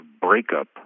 breakup